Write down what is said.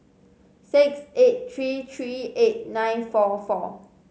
six eight three three eight nine four four